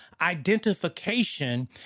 identification